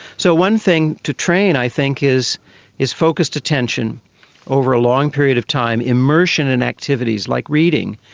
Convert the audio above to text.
so one thing to train i think is is focused attention over a long period of time, immersion in activities like reading,